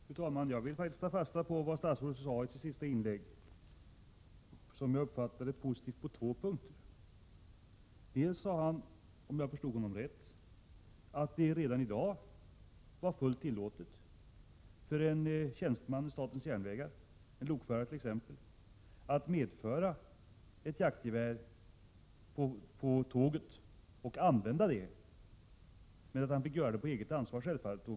Fru talman! Jag vill faktiskt ta fasta på vad statsrådet sade i det senaste inlägget, som jag uppfattade var positivt på två punkter. Statsrådet sade — om jag förstod honom rätt — att det redan i dag är fullt tillåtet för en tjänsteman vid SJ, t.ex. en lokförare, att medföra jaktgevär på tåget och använda det men att han självfallet får göra det på eget ansvar.